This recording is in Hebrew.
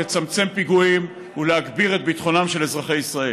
לצמצם פיגועים ולהגביר את ביטחונם של אזרחי ישראל.